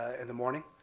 and the morning.